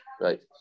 right